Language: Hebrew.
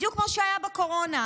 בדיוק כמו שהיה בקורונה,